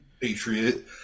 Patriot